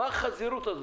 מה החזירות הזאת?